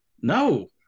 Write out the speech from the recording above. no